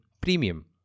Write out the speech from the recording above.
premium